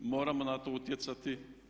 Moramo na to utjecati.